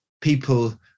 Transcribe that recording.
people